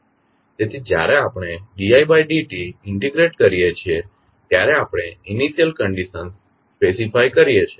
તેથી જ્યારે આપણે d id t ઇન્ટિગ્રેટ કરીએ છીએ ત્યારે આપણે ઇનિશ્યલ કંડીશન સ્પેસીફાય કરીએ છીએ